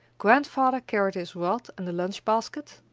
grandfather carried his rod and the lunch-basket.